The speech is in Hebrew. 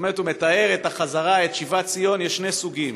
זאת אומרת, הוא מתאר את שיבת ציון, ויש שני סוגים: